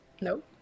Nope